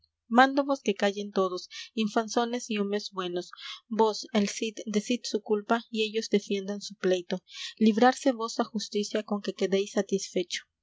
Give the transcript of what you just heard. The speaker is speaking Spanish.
porteros mándovos que callen todos infanzones y homes buenos vos el cid decid su culpa y ellos defiendan su pleito librarse vos ha justicia con que quedéis satisfecho